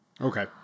Okay